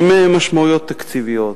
עם משמעויות תקציביות.